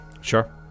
Sure